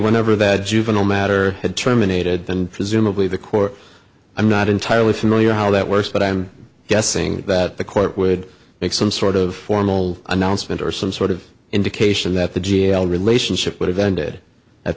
whenever that juvenile matter had terminated and presumably the court i'm not entirely familiar how that works but i'm guessing that the court would make some sort of formal announcement or some sort of indication that the jail relationship would have ended at